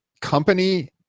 company